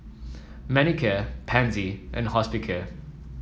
Manicare Pansy and Hospicare